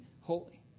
holy